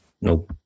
No